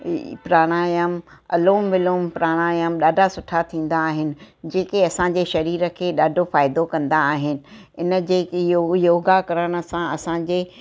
प्राणायाम अलोम विलोम प्राणायाम ॾाढा सुठा थींदा आहिनि जेके असांजे शरीर खे ॾाढो फ़ाइदो कंदा आहिनि इन जेके य योगा करण सां असांजे